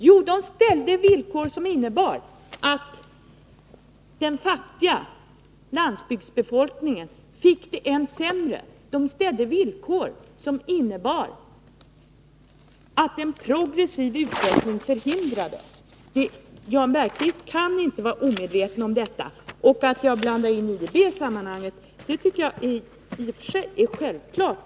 Jo, man ställde villkor som innebar att den fattiga landsbygdsbefolkningen fick det än sämre, och man ställde villkor som medförde att en progressiv utveckling förhindrades. Jan Bergqvist kan inte vara omedveten om detta. Att jag i sammanhanget blandar in IDB är i och för sig självklart.